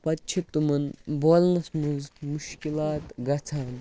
پَتہٕ چھِ تِمَن بولنَس منٛز مُشکِلات گژھان